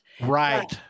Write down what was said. Right